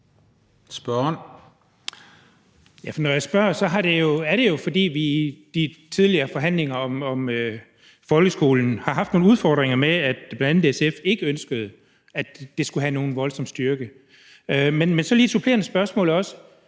Dahl (DF): Når jeg spørger, er det jo, fordi vi i de tidligere forhandlinger om folkeskolen har haft nogle udfordringer med, at bl.a. SF ikke ønskede, at det skulle have nogen voldsom styrke. Men så har jeg også lige et supplerende spørgsmål om